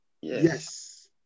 Yes